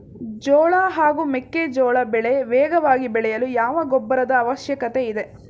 ಜೋಳ ಹಾಗೂ ಮೆಕ್ಕೆಜೋಳ ಬೆಳೆ ವೇಗವಾಗಿ ಬೆಳೆಯಲು ಯಾವ ಗೊಬ್ಬರದ ಅವಶ್ಯಕತೆ ಇದೆ?